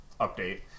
update